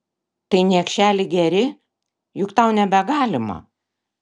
tai niekšeli geri juk tau nebegalima